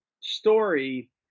story